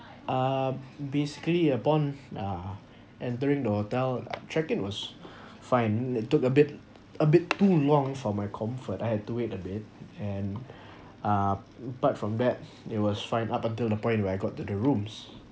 uh basically upon uh entering the hotel check-in was fine it took a bit a bit too long for my comfort I had to wait a bit and uh apart from that it was fine up until the point when I got to the rooms